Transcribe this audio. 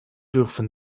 dürfen